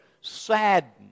saddened